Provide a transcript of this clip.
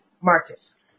Marcus